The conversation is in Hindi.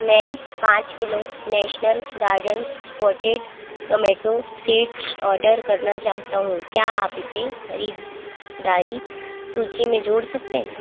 मैं पाँच kilo National Gardens potted tomato seeds order करना चाहता हूँ क्या आप इसे खरीददारी सूची में जोड़ सकते हैं